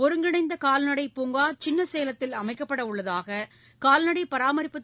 ஒருங்கிணைந்த கால்நடைப் பூங்கா சின்னசேலத்தில் அமைக்கப்படவுள்ளதாக கால்நடை பராமரிப்புத்